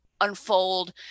unfold